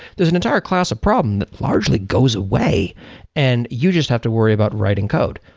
there's an entire class of problem that largely goes away and you just have to worry about writing code.